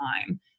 time